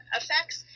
effects